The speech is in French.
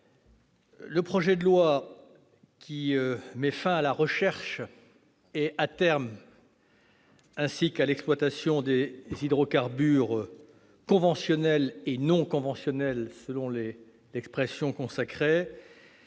le projet de loi mettant fin à la recherche ainsi que, à terme, à l'exploitation des hydrocarbures conventionnels et non conventionnels, selon l'expression consacrée,